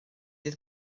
dydd